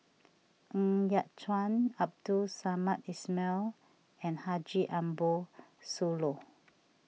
Ng Yat Chuan Abdul Samad Ismail and Haji Ambo Sooloh